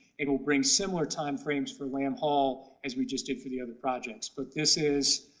it will bring similar time frames for lamb hall, as we just did for the other projects. but this is,